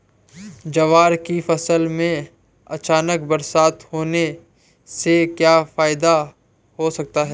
ज्वार की फसल में अचानक बरसात होने से क्या फायदा हो सकता है?